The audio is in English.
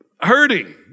hurting